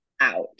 out